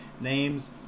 names